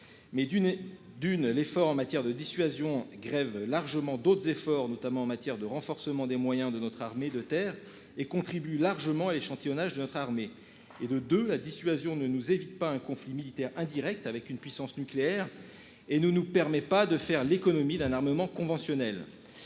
Mais d'une d'une l'effort en matière de dissuasion grève largement d'autres efforts notamment en matière de renforcement des moyens de notre armée de terre et contribue largement échantillonnage de notre armée et de de la dissuasion ne nous évite pas un conflit militaire indirect avec une puissance nucléaire. Et nous nous permet pas de faire l'économie d'un armement conventionnel.